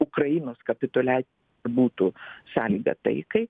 ukrainos kapitulia būtų sąlyga taikai